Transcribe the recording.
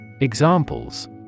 Examples